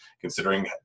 considering